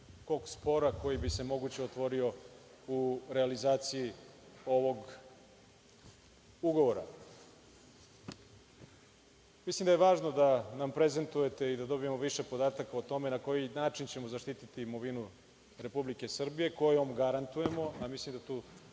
kog spora koji bi se moguće otvorio u realizaciji ovog ugovora. Mislim da je važno da nam prezentujete i da dobijemo više podataka o tome na koji način ćemo zaštiti imovinu Republike Srbije kojom garantujemo, a mislim da tu